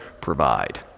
provide